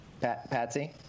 Patsy